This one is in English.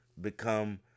become